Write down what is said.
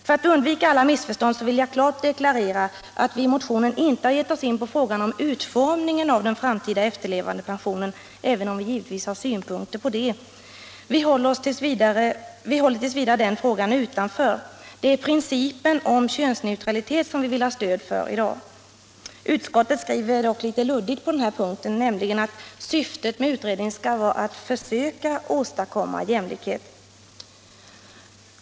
För att undvika alla missförstånd vill jag klart deklarera att vi i motionen inte har givit oss in på frågan om utformningen av den framtida efterlevandepensionen, även om vi givetvis har synpunkter på den saken. Vi håller t. v. den frågan utanför. Det är principen om könsneutralitet som vi vill ha stöd för i dag. Utskottet skriver dock litet luddigt på den punkten, nämligen att syftet med utredningen skall vara att försöka åstadkomma jämlikhet.